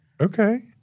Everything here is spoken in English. Okay